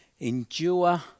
Endure